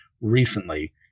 recently